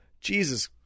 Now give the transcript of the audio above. jesus